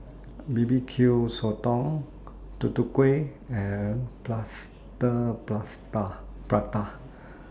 B B Q Sotong Tutu Kueh and Plaster Prata